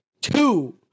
Two